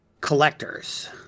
collectors